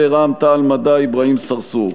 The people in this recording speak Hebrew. רע"ם-תע"ל-מד"ע: אברהים צרצור.